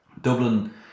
Dublin